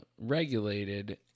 regulated